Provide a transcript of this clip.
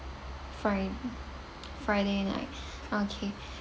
frid~ friday night okay